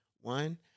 one